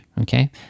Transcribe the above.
Okay